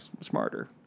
smarter